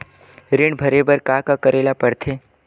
ऋण भरे बर का का करे ला परथे?